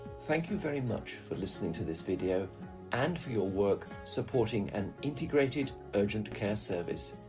thank you very much for listening to this video and for your work supporting an integrated urgent care service.